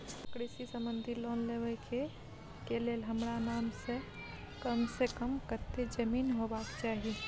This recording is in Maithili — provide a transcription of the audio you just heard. कृषि संबंधी लोन लेबै के के लेल हमरा नाम से कम से कम कत्ते जमीन होबाक चाही?